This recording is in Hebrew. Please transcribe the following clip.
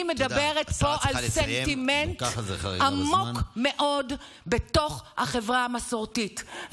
אני מדברת פה על סנטימנט עמוק מאוד בתוך החברה המסורתית,